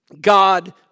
God